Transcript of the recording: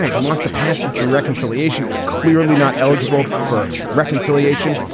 he wants to pass the through reconciliation. it's clearly not eligible for reconciliation.